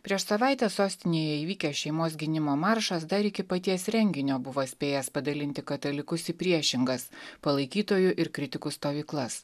prieš savaitę sostinėje įvykęs šeimos gynimo maršas dar iki paties renginio buvo spėjęs padalinti katalikus į priešingas palaikytojų ir kritikų stovyklas